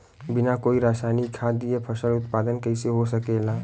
बिना कोई रसायनिक खाद दिए फसल उत्पादन कइसे हो सकेला?